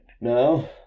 No